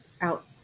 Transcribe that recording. out